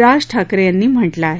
राज ठाकरे यांनी म्हटलं आहे